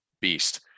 beast